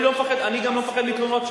אני גם לא מפחד מתלונות שווא.